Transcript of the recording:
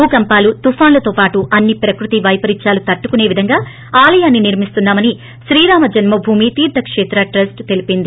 భూకంపాలు తుపానులతో పాటు అన్సి ప్రకృతి వైపరీత్యాలను తట్టుకునే విధంగా ఆలయాన్ని నిర్మిస్తున్నా మని శ్రీరామ జన్మభూమి తీర్ద కేత్ర ట్రస్ట్ తెలిపింది